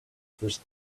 first